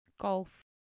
Golf